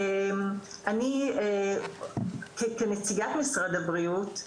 אני כנציגת משרד הבריאות,